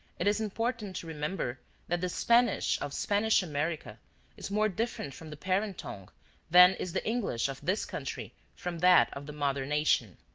it is important to remember that the spanish of spanish america is more different from the parent tongue than is the english of this country from that of the mother nation.